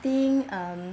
think um